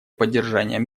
поддержанием